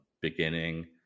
beginning